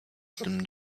tym